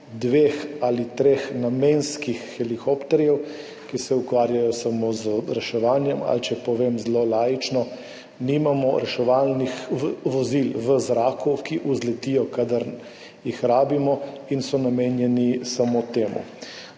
dveh ali treh namenskih helikopterjev, ki se ukvarjajo samo z reševanjem, ali če povem zelo laično, v zraku nimamo reševalnih vozil, ki vzletijo, kadar jih rabimo in so namenjeni samo temu.